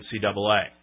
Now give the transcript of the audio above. NCAA